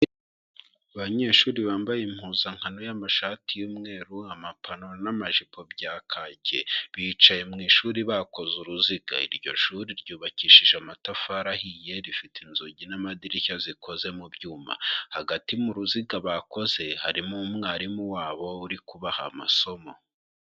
Abanyeshuri bambaye impuzankano y'amashati y'umweru, amapantaro n'amajipo bya kake. Bicaye mu ishuri bakoze uruziga, iryo shuri ryubakishije amatafari ahiye, rifite inzugi n'amadirishya zikoze mu byuma. Hagati mu ruziga bakoze harimo umwarimu wabo uri kubaha amasomo.